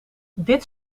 dit